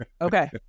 Okay